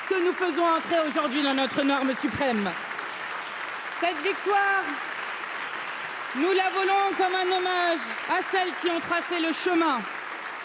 que faisons entrer aujourd'hui dans notre norme suprême cette victoire nous la voulons comme un hommage à celles qui ont tracé le chemin